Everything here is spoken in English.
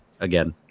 Again